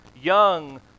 young